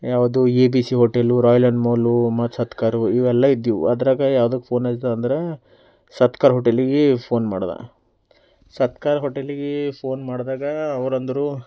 ಯಾವುದು A B C hotel ರಾಯ್ಲೆನ್ ಮಾಲು ಮ ಸತ್ಕಾರು ಇವೆಲ್ಲ ಇದ್ದೀವು ಅದರಾಗ ಯಾವ್ದಕ್ಕೆ ಫೋನ್ ಹಚ್ದೆ ಅಂದ್ರೆ ಸತ್ಕಾರ್ ಹೋಟೆಲಿಗೆ ಫೋನ್ ಮಾಡ್ದೆ ಸತ್ಕಾರ್ ಹೋಟೆಲಿಗೆ ಫೋನ್ ಮಾಡ್ದಾಗ ಅವ್ರರೆಂದ್ರು